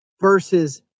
versus